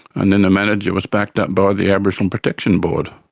and then the manager was backed up by the aboriginal protection board.